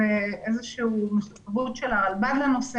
זה איזה שהיא מחויבות של הרלב"ד לנושא